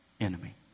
enemy